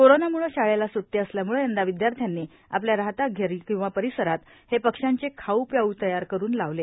कोरोनामुळे शाळेला सुटटी असल्यामुळे यंदा विद्यार्थ्यांनी आपल्या राहत्या घरी किंवा परिसरात हे पक्षांचे खाऊ प्याऊ तयार करून लावले